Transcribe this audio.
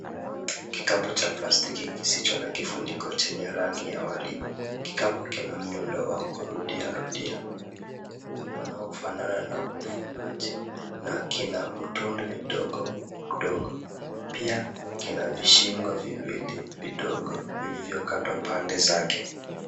Kikapu cha plastiki kisicho na kifuniko chenye rangi ya waridi. Kikapu kina miundo wa kurudia rudia unaofanana na ufumaji na kina mtundu mdogo. Pia kina vishingo viwili vidogo vilivyokatwa pande zake.